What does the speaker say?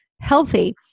healthy